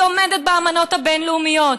היא עומדת באמנות הבין-לאומיות.